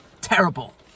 Terrible